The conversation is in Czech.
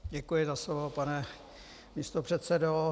Děkuji za slovo, pane místopředsedo.